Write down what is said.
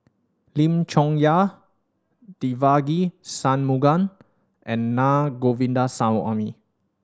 Lim Chong Yah Devagi Sanmugam and Na Govindasamy